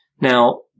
Now